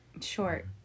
short